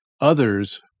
others